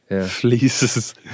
Fleeces